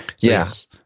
Yes